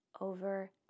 over